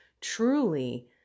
truly